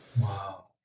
Wow